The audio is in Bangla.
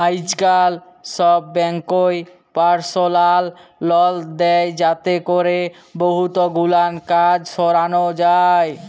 আইজকাল ছব ব্যাংকই পারসলাল লল দেই যাতে ক্যরে বহুত গুলান কাজ সরানো যায়